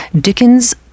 Dickens